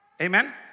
Amen